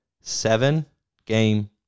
seven-game